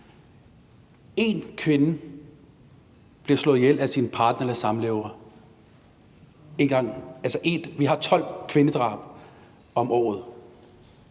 En kvinde bliver slået ihjel af sin partner eller samlever. Vi har 12 kvindedrab om året.